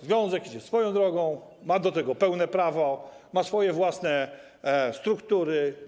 Związek idzie swoją drogą i ma do tego pełne prawo, ma swoje własne struktury.